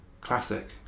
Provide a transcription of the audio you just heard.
classic